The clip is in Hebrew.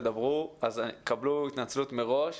אם כן, קבלו התנצלות מראש.